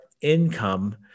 income